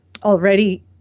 already